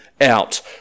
out